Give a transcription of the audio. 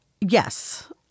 yes